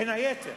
בין היתר,